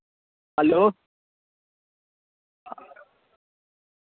hello